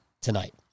tonight